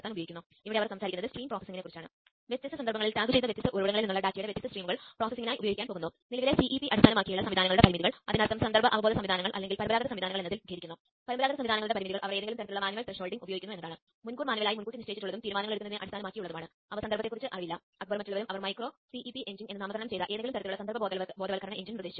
ZigBee യുടെ കോൺഫിഗറേഷനും ഞാൻ കാണിച്ചുതരാൻ പോകുന്നു ഞാൻ അത് പ്രവർത്തനത്തിൽ കാണിക്കാൻ പോകുന്നു